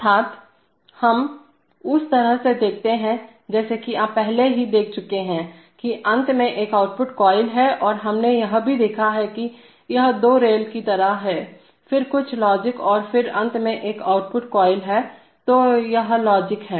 अर्थात् हम उस तरह से देखते हैं जैसा कि आप पहले ही देख चुके हैंकि अंत में एक आउटपुट कॉइल है और हमने यह भी देखा है कि यह दो रेल की तरह है फिर कुछ लॉजिक और फिर अंत में एक आउटपुट कॉइल हैतो यह लॉजिक है